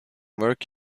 work